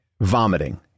vomiting